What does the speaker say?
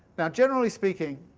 now generally speaking,